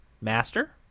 master